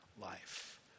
life